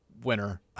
winner